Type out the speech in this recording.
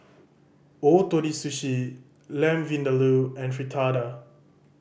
Ootoro Sushi Lamb Vindaloo and Fritada